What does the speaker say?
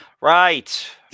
Right